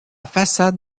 façade